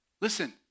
listen